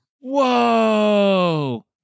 Whoa